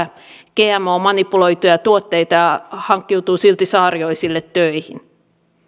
gmo manipuloituja tuotteita ja hankkiutuu silti saarioiselle töihin